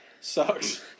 sucks